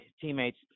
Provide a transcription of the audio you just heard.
teammates